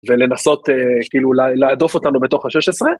ולנסות כאילו להדוף אותנו בתוך השש עשרה?